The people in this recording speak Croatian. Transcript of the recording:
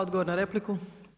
Odgovor na repliku.